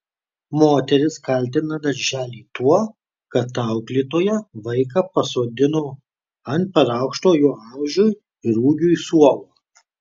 moteris kaltina darželį tuo kad auklėtoja vaiką pasodino ant per aukšto jo amžiui ir ūgiui suolo